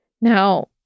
Now